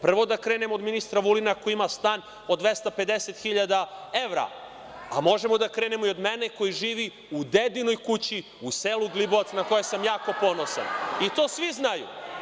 Prvo da krenemo od ministra Vulina koji ima stan od 250 hiljada evra, a možemo da krenemo i od mene koji živi u dedinoj kući u selu Glibovac, na koju sam jako ponosan i to svi znaju.